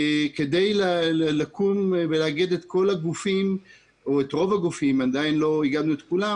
כדי לאגד את כל הגופים או את רוב הגופים עדיין לא איגדנו את כולם